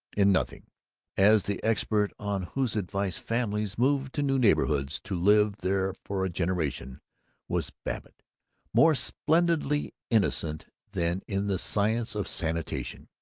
in nothing as the expert on whose advice families moved to new neighborhoods to live there for a generation was babbitt more splendidly innocent than in the science of sanitation.